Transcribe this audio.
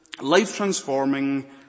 life-transforming